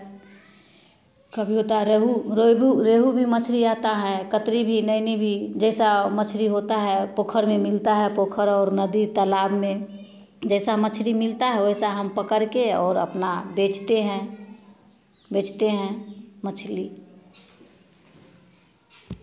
कभी होता है रेहू रेहू रेहू भी मछली आता है कत्री भी नैनी भी जैसा मछरी होता है पोखर में मिलता है पोखर और नदी तलाब में जैसा मछली मिलता है वैसा हम पकड़ के और अपना बेचते हैं बेचते हैं मछली